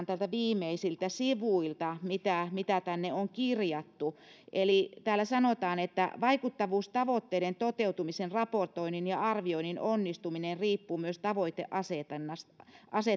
täältä viimeisiltä sivuilta mitä mitä tänne on kirjattu täällä sanotaan vaikuttavuustavoitteiden toteutumisen raportoinnin ja arvioinnin onnistuminen riippuu myös tavoiteasetannasta